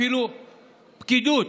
אפילו פקידות,